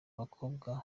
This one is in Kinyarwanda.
bakobwa